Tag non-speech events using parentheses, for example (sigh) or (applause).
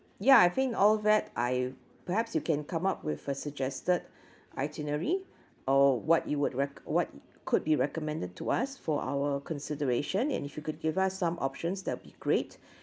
ya I think all that I perhaps you can come up with a suggested (breath) itinerary or what you would rec~ what could be recommended to us for our consideration and if you could give us some options that will be great